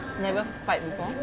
never fight before